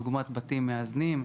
דוגמת בתים מאזנים,